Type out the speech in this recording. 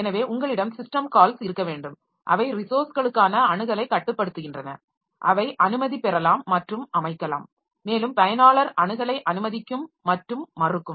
எனவே உங்களிடம் system calls இருக்க வேண்டும் அவை ரிசோர்ஸ்களுக்கான அணுகலைக் கட்டுப்படுத்துகின்றன அவை அனுமதி பெறலாம் மற்றும் அமைக்கலாம் மேலும் பயனாளர் அணுகலை அனுமதிக்கும் மற்றும் மறுக்கும்